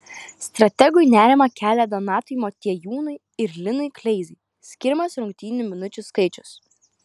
strategui nerimą kelia donatui motiejūnui ir linui kleizai skiriamas rungtynių minučių skaičius